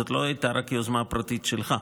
זאת לא הייתה רק יוזמה פרטית שלך,